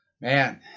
man